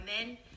women